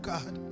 God